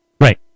Right